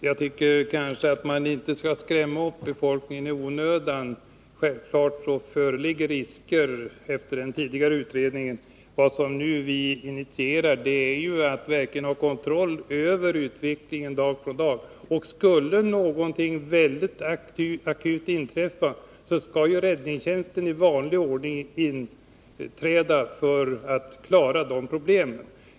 Herr talman! Jag tycker inte man skall skrämma upp befolkningen i onödan. Efter den tidigare utredningen är det klart att det föreligger risker. Vad vi nu initierar är åtgärder för att man verkligen skall ha kontroll över utvecklingen dag för dag. Skulle något verkligt akut inträffa, skall räddningstjänsten i vanlig ordning träda in för att klara de problemen.